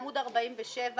עמוד 47,